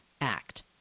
Act